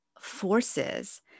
forces